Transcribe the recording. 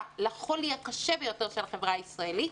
לחולי הקשה ביותר של החברה הישראלית.